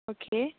okay